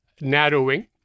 narrowing